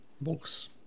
books